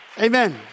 Amen